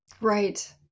Right